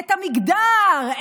את המגדר,